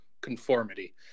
conformity